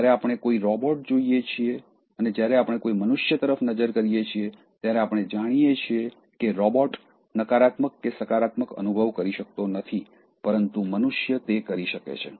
જ્યારે આપણે કોઈ રોબોટ જોઈએ છીએ અને જ્યારે આપણે કોઈ મનુષ્ય તરફ નજર કરીએ છીએ ત્યારે આપણે જાણીએ છીએ કે રોબોટ નકારાત્મક કે સકારાત્મક અનુભવ કરી શકતો નથી પરંતુ મનુષ્ય તે કરી શકે છે